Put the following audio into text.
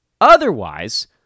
Otherwise